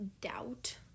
doubt